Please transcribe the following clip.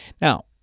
Now